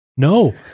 No